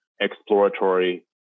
exploratory